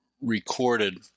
recorded